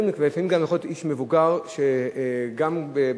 לפעמים זה גם יכול להיות איש מבוגר שגם בזמן